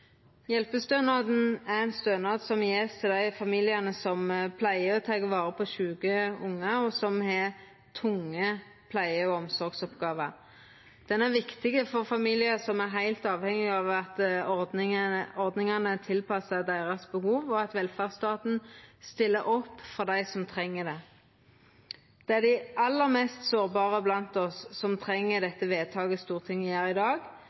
hjelpestønaden. Hjelpestønad er ein stønad som vert gjeven til dei familiane som pleier og tek vare på sjuke ungar, og som har tunge pleie- og omsorgsoppgåver. Stønaden er viktig for familiar som er heilt avhengige av at ordningane er tilpassa deira behov, og at velferdsstaten stiller opp for dei som treng det. Det er dei aller mest sårbare blant oss som treng det vedtaket Stortinget gjer i dag.